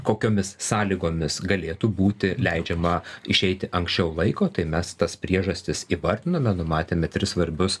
kokiomis sąlygomis galėtų būti leidžiama išeiti anksčiau laiko tai mes tas priežastis įvardinome numatėme tris svarbius